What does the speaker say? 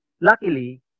luckily